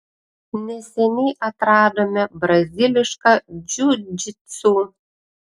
neseniai atradome brazilišką džiudžitsu